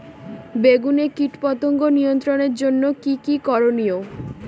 বেগুনে কীটপতঙ্গ নিয়ন্ত্রণের জন্য কি কী করনীয়?